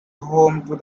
home